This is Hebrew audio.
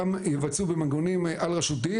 גם יבצעו במנגנונים על-רשותיים.